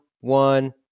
one